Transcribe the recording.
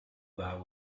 vow